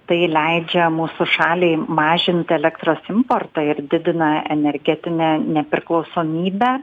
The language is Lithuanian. tai leidžia mūsų šaliai mažint elektros importą ir didina energetinę nepriklausomybę